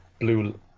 blue